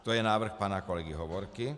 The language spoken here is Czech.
To je návrh pana kolegy Hovorky.